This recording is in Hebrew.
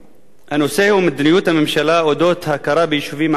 הנושא הוא מדיניות הממשלה בדבר הכרה ביישובים ערביים.